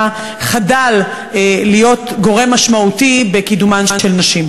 חדל להיות גורם משמעותי בקידומן של נשים.